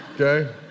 okay